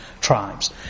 tribes